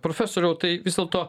profesoriau tai vis dėlto